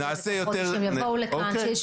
לפחות שהם יבואו לכאן.